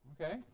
Okay